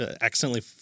accidentally